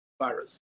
virus